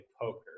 poker